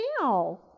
now